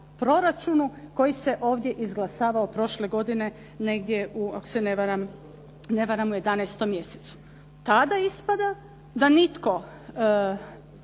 proračunu koji se ovdje izglasavao prošle godine negdje, ako se ne varam u 11. mjesecu. Tada ispada da nitko